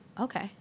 Okay